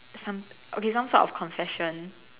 some okay some sort of confession